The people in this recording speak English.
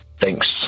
Thanks